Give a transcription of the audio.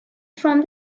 from